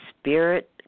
spirit